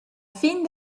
fin